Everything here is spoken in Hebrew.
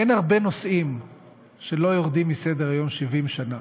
אין הרבה נושאים שלא יורדים מסדר-היום 70 שנה.